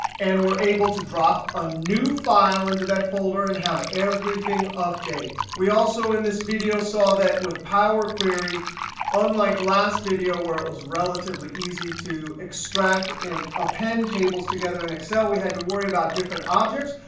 and we're able to drop a new file into that folder, and have everything update. we also, in this video, saw that with power query unlike last video where it was relatively easy to extract and append tables together in excel we had to worry about different objects.